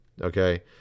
Okay